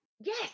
Yes